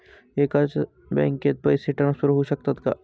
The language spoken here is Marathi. एकाच बँकेत पैसे ट्रान्सफर होऊ शकतात का?